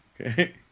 Okay